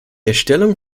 erstellung